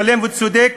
שלם וצודק